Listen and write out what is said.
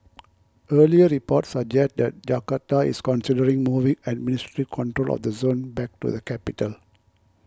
earlier reports suggest that Jakarta is considering moving administrative control of the zone back to the capital